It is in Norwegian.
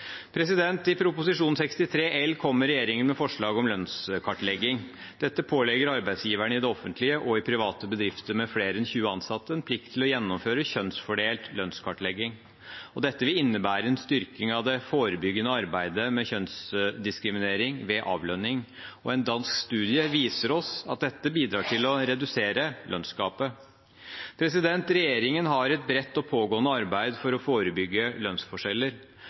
I Prop. 63 L for 2018–2019 kommer regjeringen med forslag om lønnskartlegging. Dette pålegger arbeidsgiverne i det offentlige og i private bedrifter med flere enn 20 ansatte en plikt til å gjennomføre kjønnsfordelt lønnskartlegging. Dette vil innebære en styrking av det forebyggende arbeidet med kjønnsdiskriminering ved avlønning. En dansk studie viser oss at dette bidrar til å redusere lønnsgapet. Regjeringen har et bredt og pågående arbeid for å forebygge lønnsforskjeller.